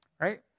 Right